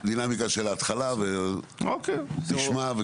דינמיקה של התחלה, נשמע.